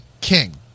king